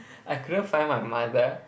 I couldn't find my mother